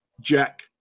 Jack